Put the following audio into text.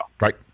Right